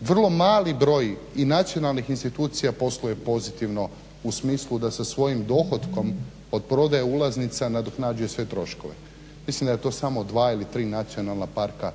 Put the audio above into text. Vrlo mali broj i nacionalnih institucija posluje pozitivno u smislu da sa svojim dohotkom od prodaje ulaznica nadoknađuje sve troškove. Mislim da su to samo dva ili tri nacionalna parka